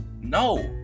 No